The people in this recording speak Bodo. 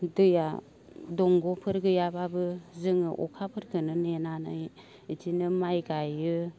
दैया दंग'फोर गैयाब्लाबो जोङो अखाफोरखौनो नेनानै इदिनो माइ गायो